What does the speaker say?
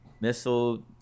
missile